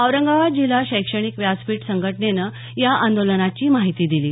औरंगाबाद जिल्हा शैक्षणिक व्यासपीठ संघटनेनं या आंदोलनाची माहिती दिली आहे